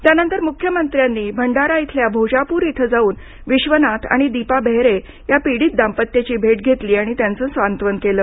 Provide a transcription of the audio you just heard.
त्यानंतर मुख्यमंत्र्यांनी भंडारा इथल्या भोजापूर इथं जाऊन विश्वनाथ आणि दीपा बेहेरे या पिडित दाम्पत्याची भेट घेतली आणि त्यांचं सांत्वन केलं